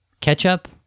ketchup